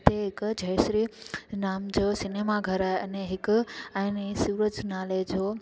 हिते हिक जय श्री नाम जो सिनेमा घरु आहे अने हिकु अने सुरज नाले जो